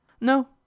No